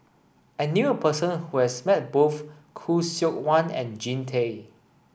I knew a person who has met both Khoo Seok Wan and Jean Tay